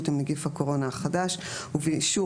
עם נגיף הקורונה החדש (הוראת שעה),